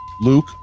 Luke